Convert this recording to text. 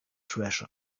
treasure